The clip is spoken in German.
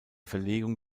verlegung